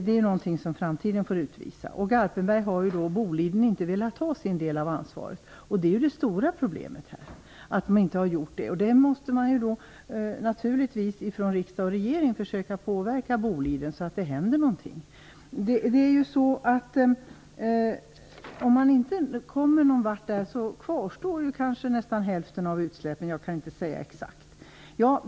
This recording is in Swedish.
Det är någonting som framtiden får utvisa. I Garpenberg har Boliden inte velat ta sin del av ansvaret, och det är det stora problemet. Riksdagen och regeringen måste naturligtvis försöka att påverka Boliden så att det händer något. Om man inte kommer någon vart där kvarstår kanske nästan hälften av utsläppen - jag kan inte säga exakt.